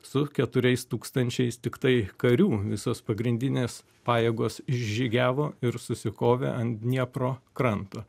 su keturiais tūkstančiais tiktai karių visos pagrindinės pajėgos žygiavo ir susikovė ant niepro kranto